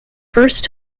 first